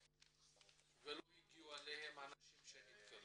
ולא הגיעו אליכם אנשים שנתקלו בזה?